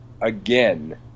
again